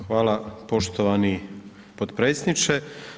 Hvala poštovani potpredsjedniče.